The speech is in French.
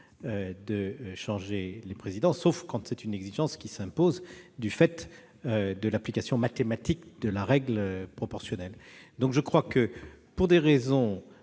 de changer les présidences, sauf au nom d'une exigence qui s'impose du fait de l'application mathématique de la règle proportionnelle. Pour des raisons